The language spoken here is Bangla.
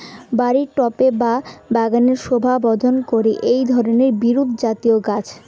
বাড়ির টবে বা বাগানের শোভাবর্ধন করে এই ধরণের বিরুৎজাতীয় গাছ